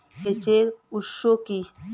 সেচের উৎস কি?